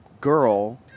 girl